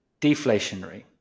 deflationary